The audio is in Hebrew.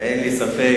אין לי ספק.